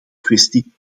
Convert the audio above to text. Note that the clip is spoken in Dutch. kwestie